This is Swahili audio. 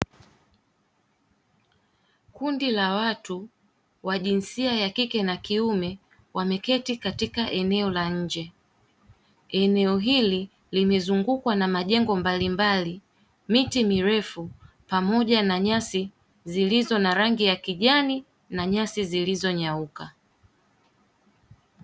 Kundi la watu wa jinsia ya kike na kiume wameketi katika eneo la nje, lililozungukwa na majengo mbalimbali, miti mirefu, pamoja na nyasi zenye rangi ya kijani na baadhi zilizonyauka.